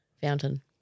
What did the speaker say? fountain